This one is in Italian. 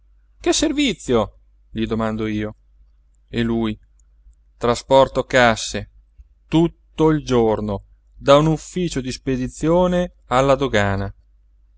che servizio gli domando io e lui trasporto casse tutto il giorno da un ufficio di spedizione alla dogana